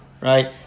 Right